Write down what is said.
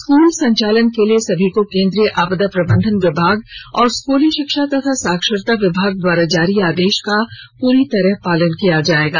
school संचालन के लिए सभी को केंद्रीय आपदा प्रबंधन विभाग और स्कली शिक्षा एवं साक्षरता विभाग द्वारा जारी आदेश का पुर्ण पालन किया जाएगा